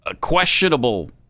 questionable